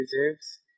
reserves